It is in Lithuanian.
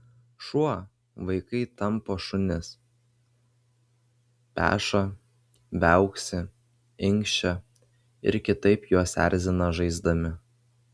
šuo vaikai tampo šunis peša viauksi inkščia ir kitaip juos erzina žaisdami